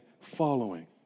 following